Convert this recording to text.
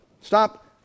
Stop